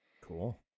Cool